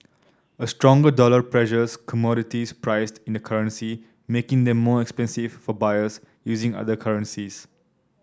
a stronger dollar pressures commodities priced in the currency making them more expensive for buyers using other currencies